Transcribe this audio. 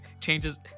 changes